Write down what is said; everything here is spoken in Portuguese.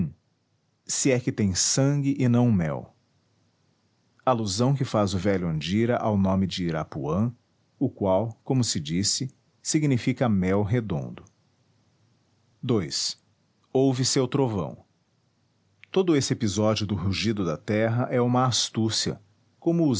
se é que tens sangue e não mel alusão que faz o velho andira ao nome de irapuã o qual como se disse significa mel redondo ii ouve seu trovão todo esse episódio do rugido da terra é uma astúcia como